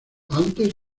antes